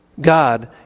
God